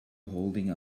holding